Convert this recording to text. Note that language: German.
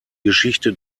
geschichte